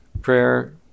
prayer